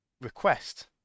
request